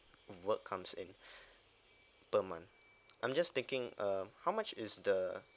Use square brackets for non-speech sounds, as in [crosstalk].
rewards comes [breath] in per month I'm just thinking uh how much is the